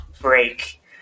break